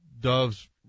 doves